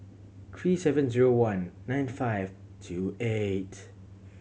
three seven zero one nine five two eight